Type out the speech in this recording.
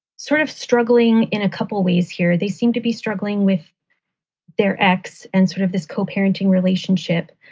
sort of struggling in a couple ways here they seem to be struggling with their ex and sort of this co-parenting relationship,